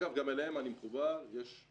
דרך אגב, גם אליהם אני מחובר, יש את